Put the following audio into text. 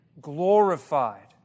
glorified